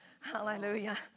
Hallelujah